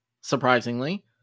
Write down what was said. surprisingly